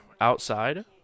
outside